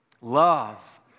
Love